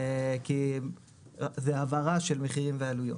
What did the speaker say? כי זו הבהרה של מחירים ועלויות.